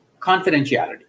Confidentiality